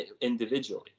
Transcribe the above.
individually